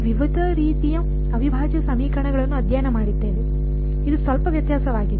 ನಾವು ವಿವಿಧ ರೀತಿಯ ಅವಿಭಾಜ್ಯ ಸಮೀಕರಣಗಳನ್ನು ಅಧ್ಯಯನ ಮಾಡಿದ್ದೇವೆ ಇದು ಸ್ವಲ್ಪ ವ್ಯತ್ಯಾಸವಾಗಿದೆ